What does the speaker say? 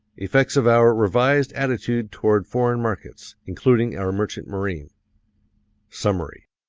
effects of our revised attitude toward foreign markets, including our merchant marine summary.